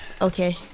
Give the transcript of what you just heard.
Okay